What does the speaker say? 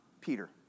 Peter